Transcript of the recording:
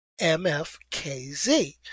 MFKZ